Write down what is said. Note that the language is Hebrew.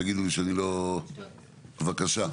בבקשה.